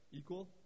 equal